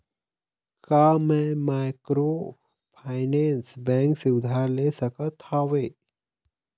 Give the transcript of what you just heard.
का मैं microfinance bank से उधार ले सकत हावे?